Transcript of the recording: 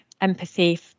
empathy